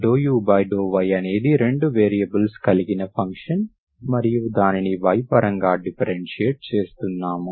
∂u∂y అనేది 2 వేరియబుల్స్ కలిగిన ఫంక్షన్ మరియు దీనిని y పరంగా డిఫరెన్షియేట్ చేస్తున్నాం